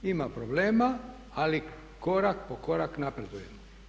Ima problema, ali korak po korak napredujemo.